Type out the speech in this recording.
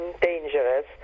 dangerous